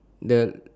the